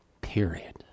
period